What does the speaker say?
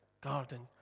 garden